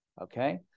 okay